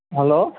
hello